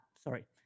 sorry